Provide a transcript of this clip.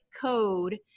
code